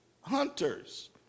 hunters